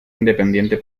independiente